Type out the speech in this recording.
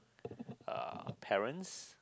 uh parents